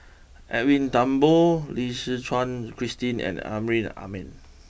Edwin Thumboo Lim Suchen Christine and Amrin Amin